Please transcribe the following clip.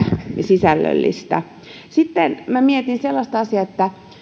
sisällöllistä kehittämistyötä sitten mietin sellaista asiaa että